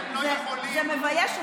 זה מבייש אותך.